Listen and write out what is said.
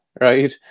right